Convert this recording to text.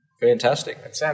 fantastic